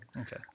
Okay